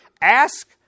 Ask